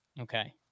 Okay